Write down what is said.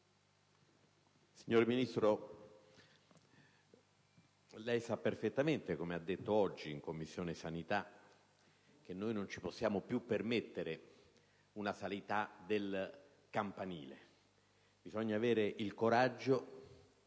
signor Ministro, lei sa perfettamente, come ha detto oggi in Commissione sanità, che non ci possiamo più permettere una «sanità del campanile». Bisogna avere il coraggio